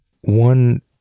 One